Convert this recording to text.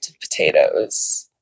potatoes